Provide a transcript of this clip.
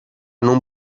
non